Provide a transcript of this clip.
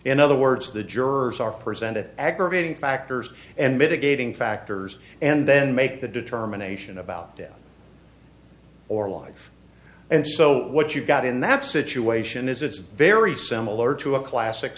in other words the jurors are presented aggravating factors and mitigating factors and then make the determination about death or life and so what you've got in that situation is it's very similar to a classic